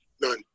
none